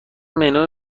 منو